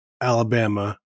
Alabama